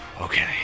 okay